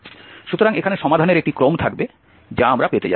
সুতরাং এখানে সমাধানের একটি ক্রম থাকবে যা আমরা পেতে যাচ্ছি